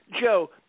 joe